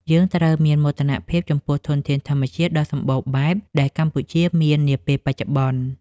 យើងត្រូវមានមោទនភាពចំពោះធនធានធម្មជាតិដ៏សម្បូរបែបដែលកម្ពុជាមាននាពេលបច្ចុប្បន្ន។